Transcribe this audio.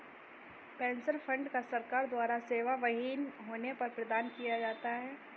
pension fund को सरकार द्वारा सेवाविहीन होने पर प्रदान किया जाता है